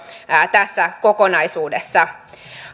tässä kokonaisuudessa